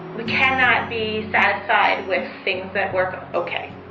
we cannot be satisfied with things that work ok.